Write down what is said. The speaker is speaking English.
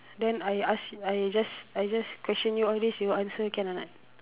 then I ask I just I just question you all these you answer can or not